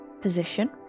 position